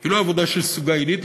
היא לא עבודה של סוגה עילית,